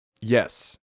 Yes